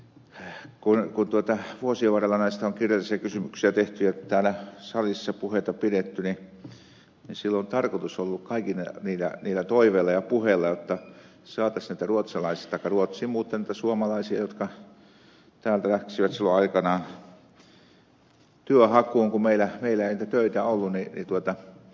kun vuosien varrella näistä on kirjallisia kysymyksiä tehty ja täällä salissa puheita pidetty niin silloin on tarkoitus ollut kaikilla niillä toiveilla ja puheilla jotta saataisiin näitä ruotsiin muuttaneita suomalaisia jotka täältä läksivät silloin aikanaan työnhakuun kun meillä ei niitä töitä ollut tänne takaisin